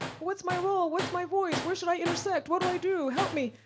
what's my role, what's my voice, where should i intersect, what do i do? help me.